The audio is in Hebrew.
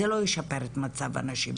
זה לא ישפר את מצב הנשים.